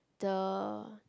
the